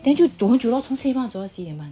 then 就走很久 lor